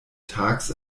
tags